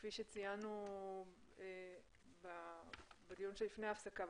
כפי שציינו בדיון לפני ההפסקה,